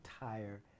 entire